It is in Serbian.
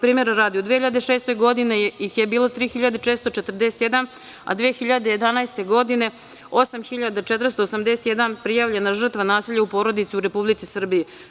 Primera radi, u 2006. godini ih je bilo 441, a 2011. godine 8.481 prijavljena žrtva nasilja u porodici u Republici Srbiji.